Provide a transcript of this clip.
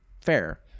fair